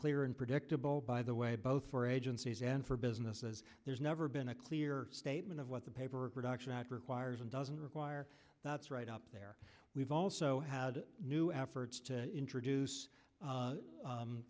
clear and predictable by the way both for agencies and for businesses there's never been a clear statement of what the paper reduction act requires and doesn't require that's right up there we've also had new efforts to introduce